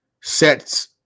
sets